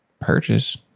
purchase